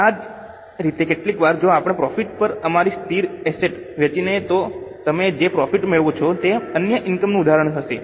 આ જ રીતે કેટલીકવાર જો આપણે પ્રોફિટ પર અમારી સ્થિર એસેટ વેચીએ તો તમે જે પ્રોફિટ મેળવો છો તે અન્ય ઇનકમ નું ઉદાહરણ હશે